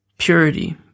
Purity